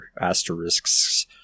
asterisks